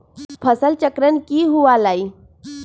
फसल चक्रण की हुआ लाई?